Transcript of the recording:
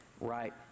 right